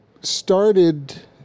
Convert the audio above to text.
started